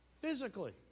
physically